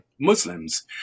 Muslims